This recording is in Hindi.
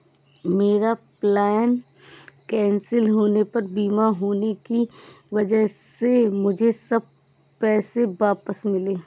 मेरा प्लेन कैंसिल होने पर बीमा होने की वजह से मुझे सब पैसे वापस मिले